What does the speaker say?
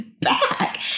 back